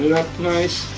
up nice,